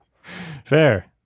Fair